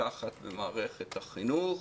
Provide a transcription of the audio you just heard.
אז מה לקחת ממערכת החינוך